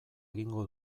egingo